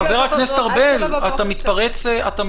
חבר הכנסת ארבל, אתה מתפרץ